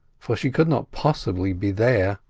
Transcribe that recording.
for she could not possibly be there.